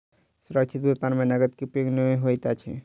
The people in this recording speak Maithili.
सुरक्षित व्यापार में नकद के उपयोग नै होइत अछि